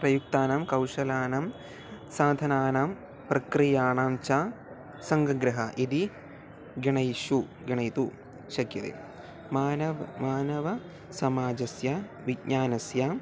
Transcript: प्रयुक्तानां कौशलानां साधनानां प्रक्रियाणां च सङ्गग्रहः इति गणयितुं गणयितुं शक्यते मानव् मानव समाजस्य विज्ञानस्य